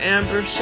Amber